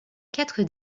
quatre